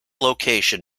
location